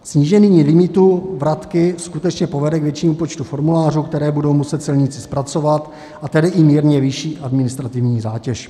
Snížení limitu vratky skutečně povede k většímu počtu formulářů, které budou muset celníci zpracovat, a tedy i mírně vyšší administrativní zátěž.